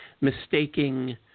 mistaking